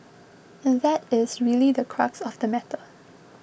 and that is really the crux of the matter